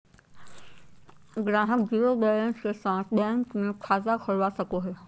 ग्राहक zero balance के साथ बैंक मे खाता खोलवा सको हय